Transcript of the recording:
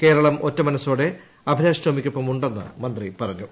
കേര്ളം ഒറ്റ മനസ്സോടെ അഭിലാഷ് ടോമിക്കൊപ്പം ഉണ്ടെന്ന് മന്ത്രി പറഞ്ഞു